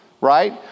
Right